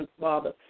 Father